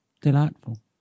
Delightful